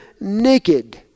naked